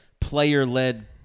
player-led